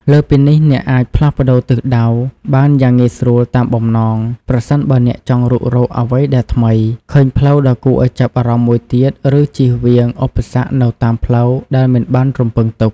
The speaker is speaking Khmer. លើសពីនេះ អ្នកអាច ផ្លាស់ប្ដូរទិសដៅបានយ៉ាងងាយស្រួលតាមបំណង ប្រសិនបើអ្នកចង់រុករកអ្វីដែលថ្មី ឃើញផ្លូវដ៏គួរឱ្យចាប់អារម្មណ៍មួយទៀត ឬជៀសវាងឧបសគ្គនៅតាមផ្លូវដែលមិនបានរំពឹងទុក។